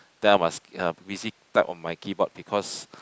then I must uh busy type on my keyboard because